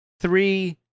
three